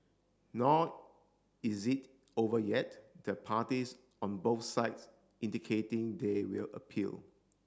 nor is it over yet the parties on both sides indicating they will appeal